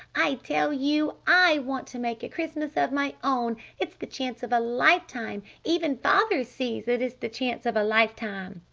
i tell you i want to make a christmas of my own! it's the chance of a life-time! even father sees that it's the chance of a life-time!